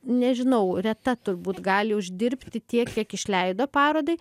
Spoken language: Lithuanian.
nežinau reta turbūt gali uždirbti tiek kiek išleido parodai